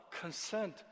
consent